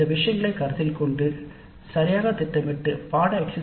இவற்றைக் கருத்தில் கொள்வது அவசியம்